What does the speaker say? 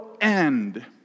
end